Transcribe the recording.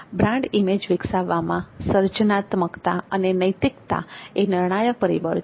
brand image વિકસાવવામાં સર્જનાત્મકતા અને નૈતિકતા એ નિર્ણાયક પરિબળ છે